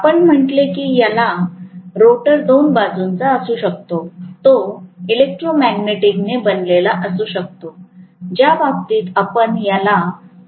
आपण म्हटले की रोटर दोन प्रकारचा असू शकतो तो इलेक्ट्रोमॅग्नेटिक ने बनलेला असू शकतो ज्या बाबतीत आपण याला वाऊंड फील्ड सारखे म्हणतो